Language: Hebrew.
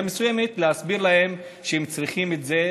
מסוימת יסביר להם שהם צריכים את זה,